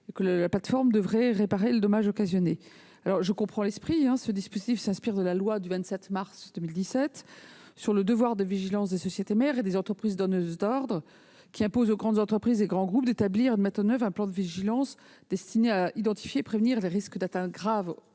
et que la plateforme devrait réparer les dommages occasionnés. Je comprends l'esprit de cet amendement : ce dispositif s'inspire de la loi du 27 mars 2017 relative au devoir de vigilance des sociétés mères et des entreprises donneuses d'ordre, qui impose aux grandes entreprises et grands groupes d'établir et de mettre en oeuvre un plan de vigilance destiné à identifier et à prévenir les risques d'atteintes graves